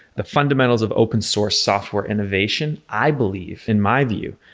the fundamentals of open source software innovation i believe, in my view,